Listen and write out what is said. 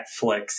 Netflix